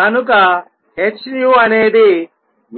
కనుకh అనేది